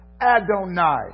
Adonai